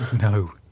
No